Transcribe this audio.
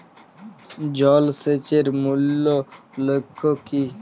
জল সেচের মূল লক্ষ্য কী?